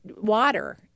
water